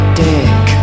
dick